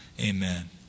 Amen